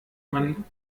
man